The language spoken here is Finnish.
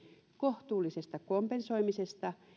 kohtuullisesta kompensoimisesta